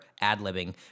ad-libbing